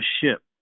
ship